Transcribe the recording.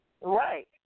Right